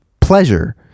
pleasure